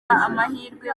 amahirwe